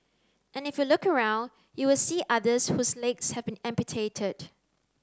and if you look around you will see others whose legs have been amputated